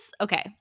okay